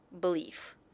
belief